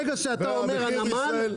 ברגע שאתה אומר הנמל,